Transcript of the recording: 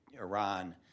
Iran